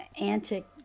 antic